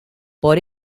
por